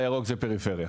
והירוק זה פריפריה.